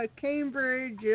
Cambridge